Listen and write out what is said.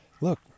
look